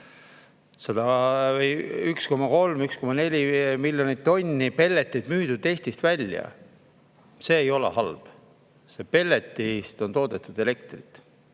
1,3–1,4 miljonit tonni pelleteid on müüdud Eestist välja. See ei ole halb. Pelletist on toodetud elektrit.